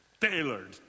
tailored